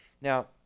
Now